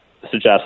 suggest